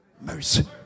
mercy